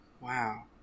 wow